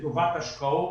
לטובת השקעות